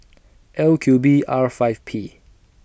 L Q B R five P